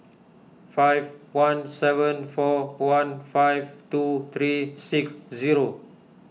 five one seven four one five two three six zero